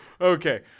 Okay